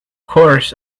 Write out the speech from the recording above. course